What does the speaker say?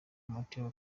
metkel